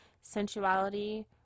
Sensuality